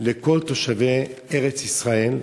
לכל תושבי ארץ-ישראל,